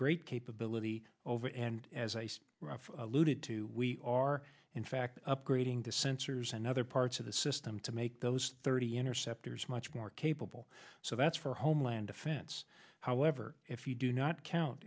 great capability over and as i say alluded to we are in fact upgrading the sensors and other parts of the system to make those thirty interceptors much more capable so that's for homeland defense however if you do not count